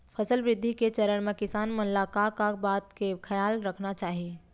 फसल वृद्धि के चरण म किसान मन ला का का बात के खयाल रखना चाही?